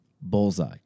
bullseye